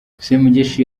semugeshi